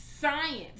Science